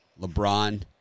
LeBron